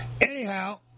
Anyhow